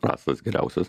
esąs geriausias